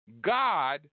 God